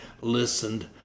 listened